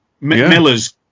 Miller's